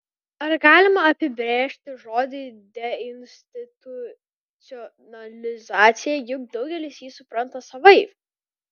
ar galima apibrėžti žodį deinstitucionalizacija juk daugelis jį supranta savaip